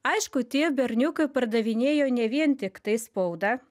aišku tie berniukai pardavinėjo ne vien tiktai spaudą